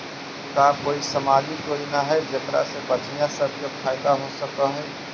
का कोई सामाजिक योजना हई जेकरा से बच्चियाँ सब के फायदा हो सक हई?